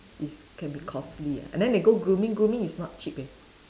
it's can be costly ah and then they go grooming grooming is not cheap eh